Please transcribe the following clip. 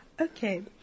Okay